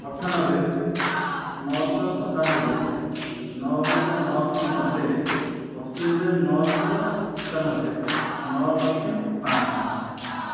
ଅଠାନବେ ନଅଶହ ସତାନବେ ନଅ ହଜାର ନଅଶହ ନବେ ଅଶୀ ହଜାର ନଅଶହ ସତାନବେ ନଅ ଲକ୍ଷ ପାଞ୍ଚଶହ